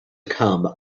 come